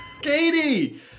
Katie